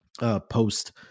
post